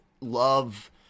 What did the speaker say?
love